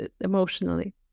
emotionally